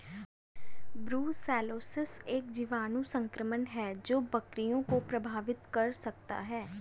brucellosis एक जीवाणु संक्रमण है जो बकरियों को प्रभावित कर सकता है